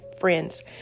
friends